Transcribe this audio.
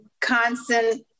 constant